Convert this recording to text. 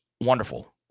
wonderful